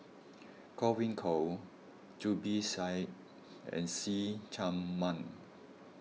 Godwin Koay Zubir Said and See Chak Mun